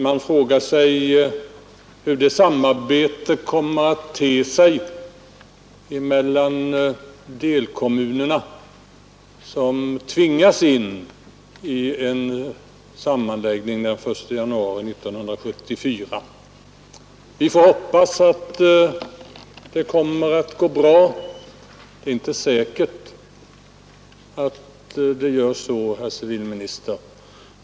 Man frågar sig hur samarbetet kommer att te sig mellan delkommunerna som tvingas in i en sammanläggning den 1 januari 1974. Vi får hoppas att det kommer att gå bra. Det är inte säkert att det gör det, herr civilminister.